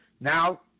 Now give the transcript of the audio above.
now